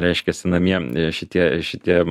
reiškiasi namie šitie šitie